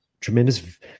tremendous